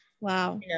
Wow